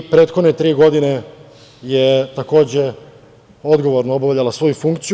Prethodne tri godine je, takođe, odgovorno obavljala svoju funkciju.